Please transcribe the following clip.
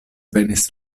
venis